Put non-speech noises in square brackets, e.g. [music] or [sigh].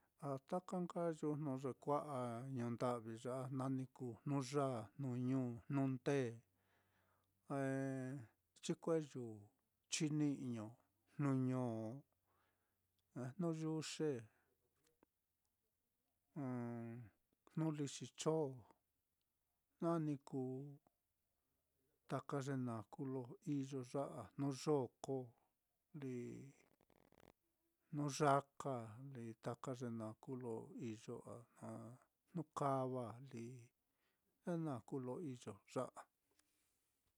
A taka nka yujnu ye kua'a ñuu nda'vi ya á, jna ni kuu jnuyāā, jnuñu, jnundēē, eh, chikue yuu, chini'ño, jnuño, jnuyuxe, [hesitation] jnu lixi cho, jna ni kuu taka ye naá kuu lo iyo ya á, jnuyōkō lí, jnu yaka lí, taka ye naá kuu ye lo iyo á, na jnukava lí, ye naá kuu ye lo iyo ya á.